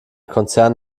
konzern